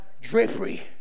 drapery